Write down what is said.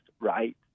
right